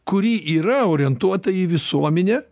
kuri yra orientuota į visuomenę